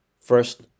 first